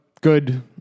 good